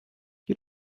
you